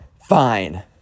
fine